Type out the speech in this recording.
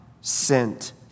sent